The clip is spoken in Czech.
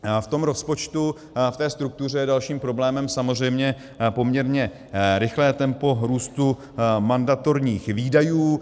V tom rozpočtu, v té struktuře je dalším problémem samozřejmě poměrně rychlé tempo růstu mandatorních výdajů.